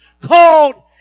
called